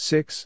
Six